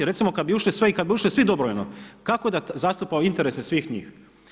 Recimo kada bi ušli svi i kada bi ušli svi dobrovoljno kako da zastupa interese svih njih?